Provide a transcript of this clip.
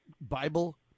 Bible